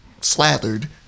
slathered